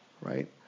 right